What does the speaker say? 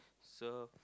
so